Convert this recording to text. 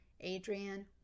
Adrian